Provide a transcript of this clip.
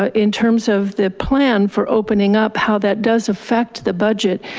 ah in terms of the plan for opening up how that does affect the budget.